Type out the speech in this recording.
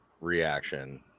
reaction